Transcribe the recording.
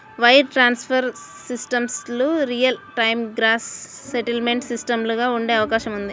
wire transfer సిస్టమ్లు real time gross settlement సిస్టమ్లుగా ఉండే అవకాశం ఉంది